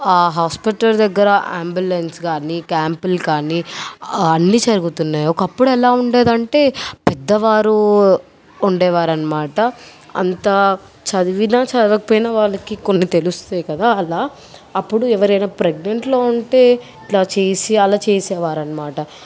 ఆ హాస్పిటల్ దగ్గర ఆంబులెన్స్ కానీ క్యాంపులు కానీ అన్నీ జరుగుతున్నాయి ఒకప్పుడు ఎలా ఉండేదంటే పెద్దవారు ఉండేవారన్నమాట అంత చదివినా చదవకపోయినా వాళ్ళకి కొన్ని తెలుస్తాయి కదా అలా అప్పుడు ఎవరైనా ప్రెగ్నెంట్లో ఉంటే ఇట్లా చేసి అలా చేసే వారన్నమాట